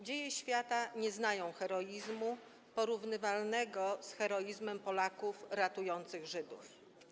Dzieje świata nie znają heroizmu porównywalnego z heroizmem Polaków ratujących Żydów.